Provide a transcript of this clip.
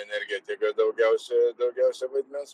energetiką daugiausia daugiausia vaidmens